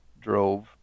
drove